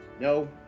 no